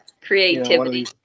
creativity